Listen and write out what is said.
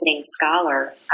scholar